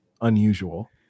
unusual